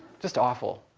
just awful.